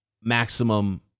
maximum